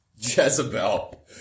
Jezebel